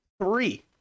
three